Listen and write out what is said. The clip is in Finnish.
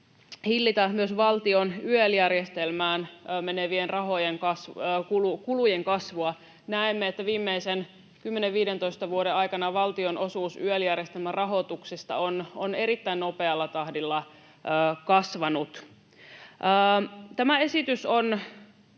hillitä myös valtion YEL-järjestelmään menevien kulujen kasvua. Näemme, että viimeisten 10—15 vuoden aikana valtion osuus YEL-järjestelmän rahoituksesta on erittäin nopealla tahdilla kasvanut. Tämä esitys on